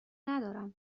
ندارم